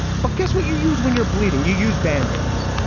but guess what you use when you're bleeding, you use band-aids.